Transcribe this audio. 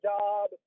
job